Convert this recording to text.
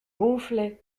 gonflaient